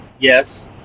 Yes